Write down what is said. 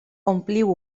ompliu